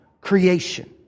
creation